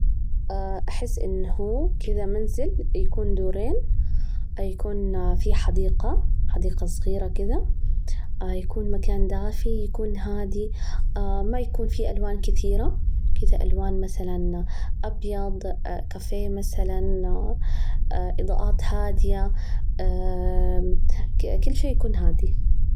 أحس إنه هو كده منزل يكون دورين، يكون في حديقة حديقة صغيرة كده، يكون مكان دافي، يكون هادي، ما يكون فيه ألوان كثيرة كده، ألوان مثلاً أبيض، اكافيه مثلا، إضاءات هادية، اكل شي يكون هادي.